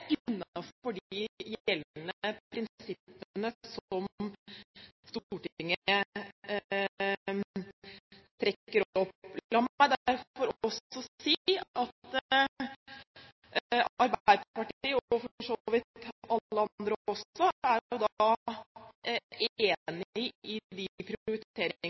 håndtere, innenfor de gjeldende prinsippene som Stortinget trekker opp. La meg derfor også si at Arbeiderpartiet, og for så vidt også alle andre, er enig i de